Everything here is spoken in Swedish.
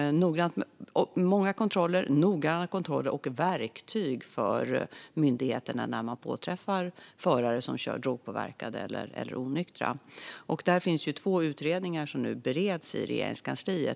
Det ska finnas många och noggranna kontroller samt verktyg för myndigheterna när de påträffar förare som kör drogpåverkade eller onyktra. Där finns det två utredningar som nu bereds i Regeringskansliet.